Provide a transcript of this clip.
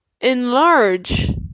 enlarge